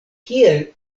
kiel